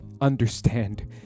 understand